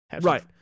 Right